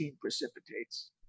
precipitates